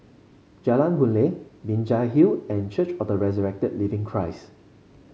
Jalan Boon Lay Binjai Hill and Church of the Resurrected Living Christ